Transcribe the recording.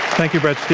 thank you, bret